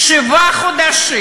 שבעה חודשים